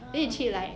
ah